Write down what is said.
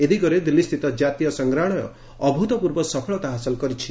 ଏ ଦିଗରେ ଦିଲ୍ଲୀସ୍ଥିତ ଜାତୀୟ ସଂଗ୍ରହାଳୟ ଅଭୂତପୂର୍ବ ସଫଳତା ହାସଲ କରିଛି